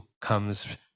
comes